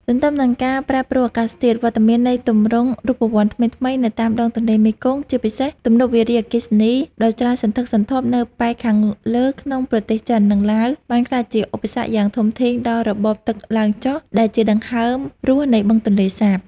ទន្ទឹមនឹងការប្រែប្រួលអាកាសធាតុ វត្តមាននៃទម្រង់រូបវន្តថ្មីៗនៅតាមដងទន្លេមេគង្គ ជាពិសេសទំនប់វារីអគ្គិសនីដ៏ច្រើនសន្ធឹកសន្ធាប់នៅប៉ែកខាងលើក្នុងប្រទេសចិន និងឡាវ បានក្លាយជាឧបសគ្គយ៉ាងធំធេងដល់ របបទឹកឡើង-ចុះ ដែលជាដង្ហើមរស់នៃបឹងទន្លេសាប។